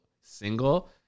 single